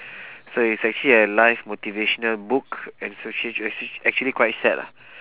so is actually a life motivational book and actua~ actua~ actually quite sad lah